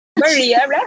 Maria